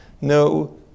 no